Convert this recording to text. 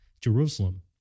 Jerusalem